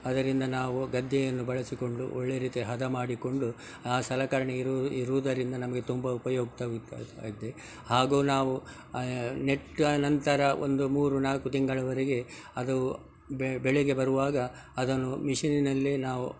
ಅದರಿಂದ ನಾವು ಗದ್ದೆಯನ್ನು ಬಳಸಿಕೊಂಡು ಒಳ್ಳೆಯ ರೀತಿ ಹದ ಮಾಡಿಕೊಂಡು ಆ ಸಲಕರಣೆ ಇರುವುದು ಇರುವುದರಿಂದ ನಮಗೆ ತುಂಬ ಉಪಯುಕ್ತ ಇದೆ ಹಾಗೂ ನಾವು ನೆಟ್ಟ ನಂತರ ಒಂದು ಮೂರು ನಾಲ್ಕು ತಿಂಗಳವರೆಗೆ ಅದು ಬೆಳೆಗೆ ಬರುವಾಗ ಅದನ್ನು ಮಿಷೀನಿನಲ್ಲೇ ನಾವು